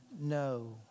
no